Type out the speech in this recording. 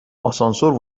آسانسور